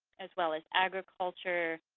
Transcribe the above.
as well as agriculture,